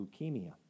leukemia